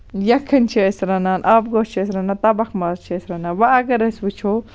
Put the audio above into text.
یَخٕنۍ چھِ أسۍ رَنان آبہٕ گوش چھِ أسۍ رَنان تَبخ ماز چھِ أسۍ رَنان وۄنۍ اَگر أسۍ وُچھو